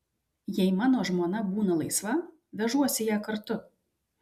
jei mano žmona būna laisva vežuosi ją kartu